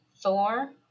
Thor